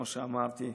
כמו שאמרתי,